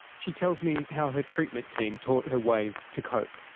she tells me how her treatment team taught her ways to cope.